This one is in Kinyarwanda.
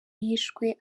yishwe